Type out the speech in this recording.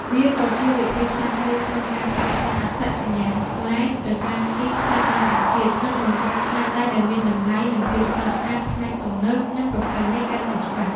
វាក៏ជាវិធីសាស្រ្តមួយក្នុងការផ្សព្វផ្សាយអត្តសញ្ញាណខ្មែរ ទៅកាន់ទីផ្សារអន្តរជាតិ និងបង្កើតស្នាដៃដែលមានតម្លៃ និងភាពស្រស់ស្អាតផ្នែកទំនើប និងប្រពៃណីកាន់តែច្បាស់។